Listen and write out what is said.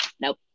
nope